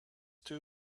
two